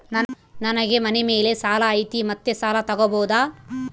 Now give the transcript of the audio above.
ನನಗೆ ಮನೆ ಮೇಲೆ ಸಾಲ ಐತಿ ಮತ್ತೆ ಸಾಲ ತಗಬೋದ?